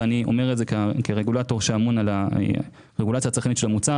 ואני אומר את זה כרגולטור שאמון על הרגולציה של מוצר.